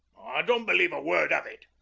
i don't believe a word of it.